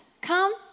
Come